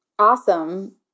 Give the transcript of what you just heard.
Awesome